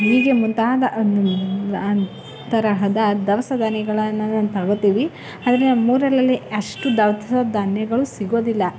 ಹೀಗೆ ಮುಂತಾದ ತರಹದ ದವಸ ಧಾನ್ಯಗಳನ್ನ ನಾನು ತಗೊಳ್ತೀವಿ ಆದರೆ ನಮ್ಮೂರಲ್ಲಿ ಅಷ್ಟು ದವಸ ಧಾನ್ಯಗಳು ಸಿಗೋದಿಲ್ಲ